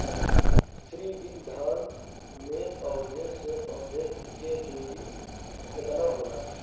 श्री विधि धान में पौधे से पौधे के दुरी केतना होला?